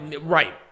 right